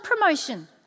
promotion